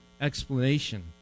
explanation